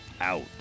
out